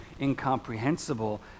incomprehensible